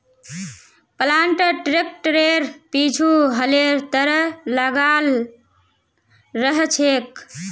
planter ट्रैक्टरेर पीछु हलेर तरह लगाल रह छेक